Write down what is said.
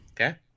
okay